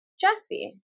Jesse